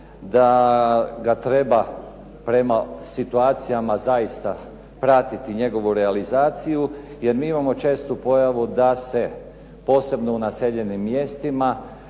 da ga treba prema situacijama zaista pratiti njegovu realizaciju jer mi imamo čestu pojavu da se posebno u naseljenim mjestima